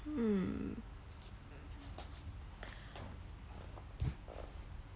hmm